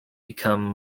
become